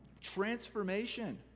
transformation